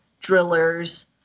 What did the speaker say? drillers